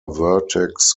vertex